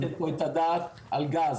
ואז תתנו את הדעת על גז.